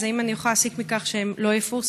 אז האם אני יכולה להסיק מכך שהם לא יפורסמו?